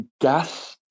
gas